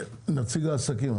נציג העסקים,